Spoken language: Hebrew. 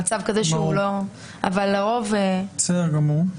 בסדר גמור.